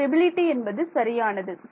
stability என்பது சரியானது